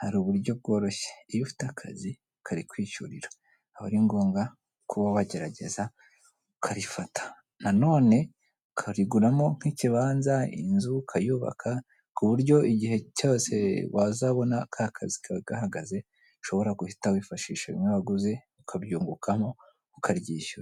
hari uburyo bworoshye; iyo ufite akazi karikwishyurira aba ari ngombwa kuba wagerageza ukarifata. Nanone ukariguramo nk'ikibanza, inzu ukubaka ku buryo igihe cyose wazabona ka kazi kawe gahagaze, ushobora guhita wifashisha bimwe waguze ukabyungukamo ukaryishyura.